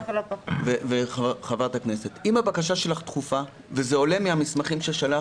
לכבודו ולחברת הכנסת: אם הבקשה שלך דחופה וזה עולה מהמסמכים ששלחת